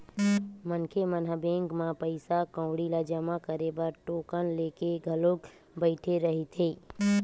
मनखे मन ह बैंक म पइसा कउड़ी ल जमा करे बर टोकन लेके घलोक बइठे रहिथे